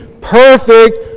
perfect